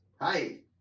Hi